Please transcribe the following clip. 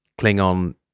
Klingon